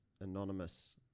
anonymous